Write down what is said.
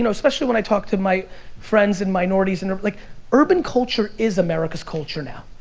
and especially when i talk to my friends and minorities, and like urban culture is america's culture now.